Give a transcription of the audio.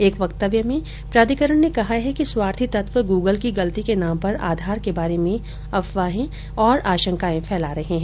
एक वक्तव्य में प्राधिकरण ने कहा है कि स्वार्थी तत्व गूगल की गलती के नाम पर आधार के बारे में अफवाहें और आशंकाएं फैला रहे हैं